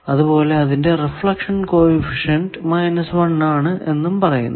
അതുപോലെ അതിന്റെ reflection coefficient 1 ആണ് എന്നും പറയുന്നു